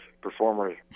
performers